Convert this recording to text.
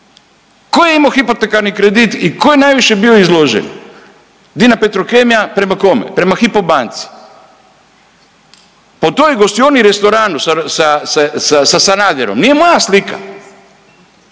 Tko je imao hipotekarni kredit i tko je najviše bio izložen? Dina Petrokemija prema kome? Prema Hypo banci. Po toj gostioni i restoranu sa Sanaderom nije moja slika.